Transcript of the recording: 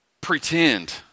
pretend